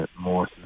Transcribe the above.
more